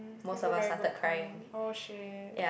that's a very good point oh shit